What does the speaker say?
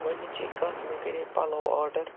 گۄڈنِچی کَتھ مےٚ کَرے پَلو آرڈَر